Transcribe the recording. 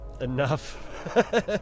enough